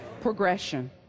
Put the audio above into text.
progression